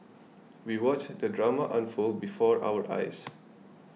we watched the drama unfold before our eyes